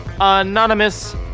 Anonymous